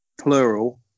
plural